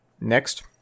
Next